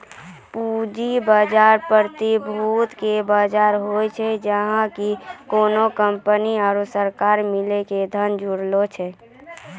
पूंजी बजार, प्रतिभूति के बजार होय छै, जहाँ की कोनो कंपनी आरु सरकार मिली के धन जुटाबै छै